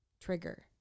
trigger